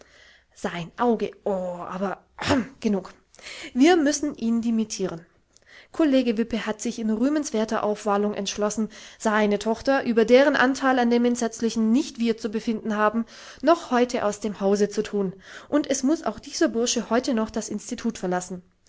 sein auge oh aber rhm genug wir müssen ihn dimittiren kollege wippe hat sich in rühmenswerter aufwallung entschlossen seine tochter über deren anteil an dem entsetzlichen nicht wir zu befinden haben noch heute aus dem hause zu thun und es muß auch dieser bursche heute noch das institut verlassen